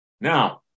Now